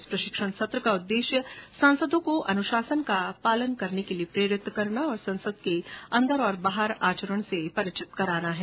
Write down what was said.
इस प्रशिक्षण सत्र का उद्देश्य सांसदों को अनुशासन का पालन करने के लिए प्रेरित करना और संसद के अंदर तथा बाहर आचरण से परिचित कराना है